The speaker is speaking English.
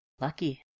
Lucky